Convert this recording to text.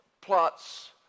plots